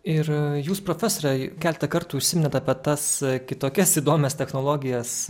ir jūs profesore keletą kartų užsiminėt apie tas kitokias įdomias technologijas